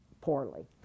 poorly